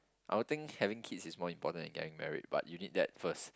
I will think having kids is more important than getting married but you need that first